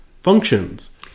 functions